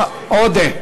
מוותר.